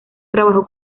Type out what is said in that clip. trabajó